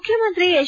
ಮುಖ್ಯಮಂತ್ರಿ ಎಚ್